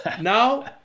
now